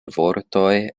vortoj